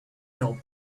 nor